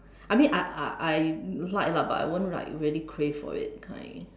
I mean I I I like lah but I won't like really crave for it kind